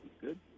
good